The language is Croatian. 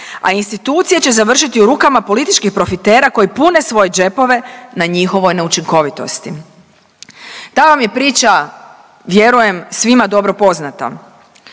a institucije će završiti u rukama političkih profitera koji pune svoje džepove na njihovoj neučinkovitosti. Ta vam je priča vjerujem svima dobro poznata.